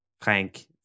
Frank